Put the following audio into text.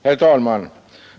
Herr talman!